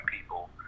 people